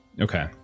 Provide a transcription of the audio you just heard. Okay